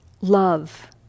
love